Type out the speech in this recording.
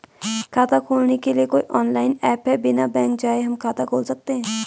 खाता खोलने के लिए कोई ऑनलाइन ऐप है बिना बैंक जाये हम खाता खोल सकते हैं?